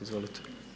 Izvolite.